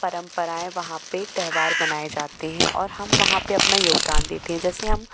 परम्पराएं वहाँ पे त्यौहार मनाएं जाते हैं और हम वहाँ पे अपना योगदान देते है जैसे हम